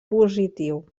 positiu